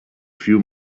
few